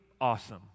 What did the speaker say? awesome